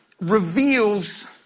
reveals